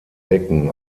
decken